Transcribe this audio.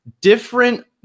different